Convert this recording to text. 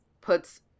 puts